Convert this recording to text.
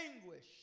anguish